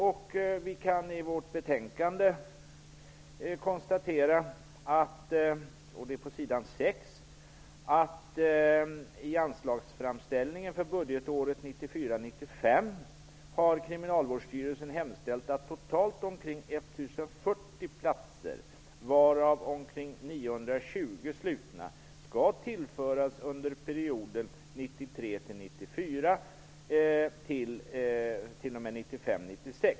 På s. 6 i betänkandet står det: har Kriminalvårdsstyrelsen hemställt att totalt omkring 1 040 platser, varav omkring 920 slutna, skall tillföras under perioden 1993 96.